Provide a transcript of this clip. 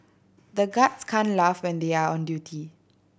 the guards can't laugh when they are on duty